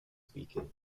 speaking